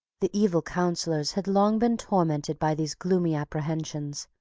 the evil counsellors had long been tormented by these gloomy apprehensions,